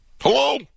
Hello